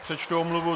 Přečtu omluvu.